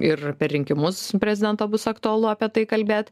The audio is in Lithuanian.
ir per rinkimus prezidento bus aktualu apie tai kalbėt